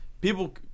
people